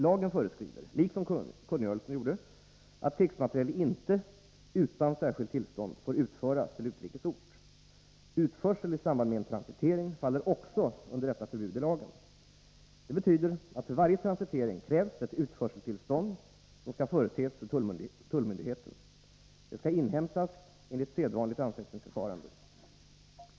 Lagen föreskriver — liksom kungörelsen gjorde — att krigsmateriel inte utan särskilt tillstånd får utföras till utrikes ort. Utförsel i samband med en transitering faller också under detta förbud i lagen. Det betyder att för varje transitering krävs ett utförseltillstånd som skall företes för tullmyndigheten. Det skall inhämtas enligt sedvanligt ansökningsförfarande.